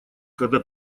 когда